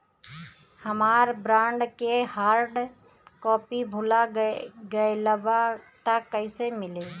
हमार बॉन्ड के hard copy भुला गएलबा त कैसे मिली?